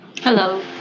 Hello